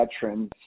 veterans